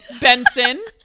Benson